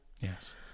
yes